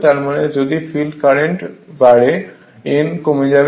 তার মানে যদি ফিল্ড কারেন্ট বাড়ে n কমে যাবে